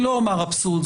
לא אומר אבסורד,